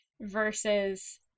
versus